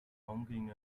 honking